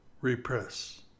repress